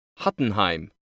Hattenheim